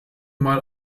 mal